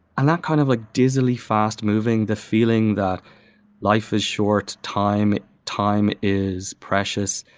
and that kind of like dizzily fast-moving, the feeling that life is short, time time is precious,